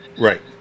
Right